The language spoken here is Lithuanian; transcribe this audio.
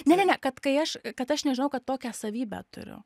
ne ne ne kad kai aš kad aš nežinojau kad tokią savybę turiu